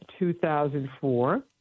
2004